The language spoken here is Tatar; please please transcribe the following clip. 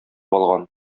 алган